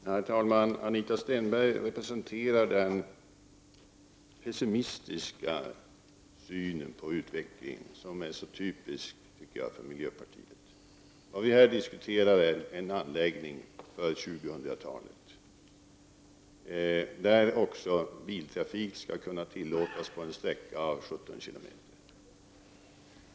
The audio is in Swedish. Herr talman! Anita Stenberg representerar den pessimistiska synen på utvecklingen som är så typisk för miljöpartiet. Vad vi diskuterar är en anläggning för 2000-talet, där också biltrafik skall kunna tillåtas på en sträcka om 17 kilometer.